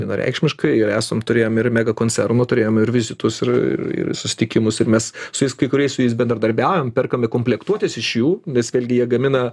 vienareikšmiškai ir esam turėjom ir mega koncernų turėjom ir vizitus ir ir susitikimus ir mes su jais kai kuriais su jais bendradarbiaujam perkame komplektuotes iš jų nes vėlgi jie gamina